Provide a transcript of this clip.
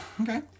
okay